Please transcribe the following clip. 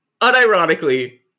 unironically